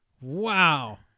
Wow